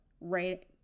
Right